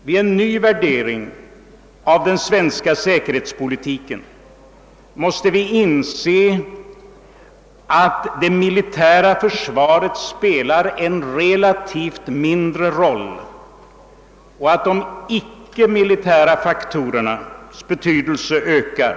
Vid en ny värdering av den svenska säker hetspolitiken måste vi inse, att det militära försvaret relativt sett, spelar en mindre roll och att de icke-militära faktorernas betydelse ökar.